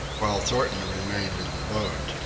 while thornton remained in the boat,